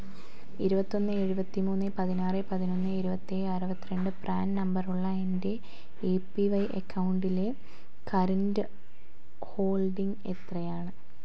ഇരുപത്തൊന്ന് എഴുപത്തിമൂന്ന് പതിനാറ് പതിനൊന്ന് ഇരുപത്തേഴ് അറുപത്തിരണ്ട് പ്രാൻ നമ്പർ ഉള്ള എൻ്റെ എ പി വൈ അക്കൗണ്ടിലെ കറന്റ് ഹോൾഡിംഗ് എത്രയാണ്